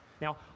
Now